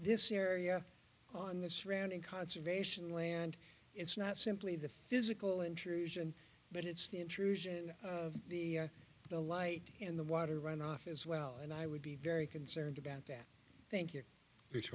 this area on the surrounding conservation land it's not simply the physical intrusion but it's the intrusion of the light in the water runoff as well and i would be very concerned about that thank you